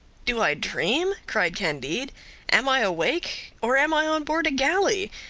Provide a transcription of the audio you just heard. do i dream? cried candide am i awake? or am i on board a galley?